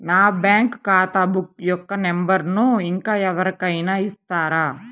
నా బ్యాంక్ ఖాతా బుక్ యొక్క నంబరును ఇంకా ఎవరి కైనా ఇస్తారా?